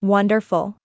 Wonderful